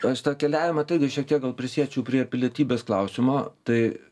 aš tą keliavimą tai irgi šiek tiek gal prisiečiau prie pilietybės klausimo tai